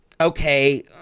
Okay